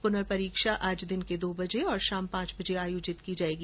पुनर्परीक्षा आज दिन के दो बजे और शाम पांच बजे आयोजित की जाएगी